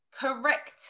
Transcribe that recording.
Correct